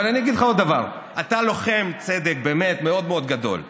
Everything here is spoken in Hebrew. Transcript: אבל אני אגיד לך עוד דבר: אתה לוחם צדק באמת מאוד מאוד גדול,